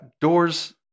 doors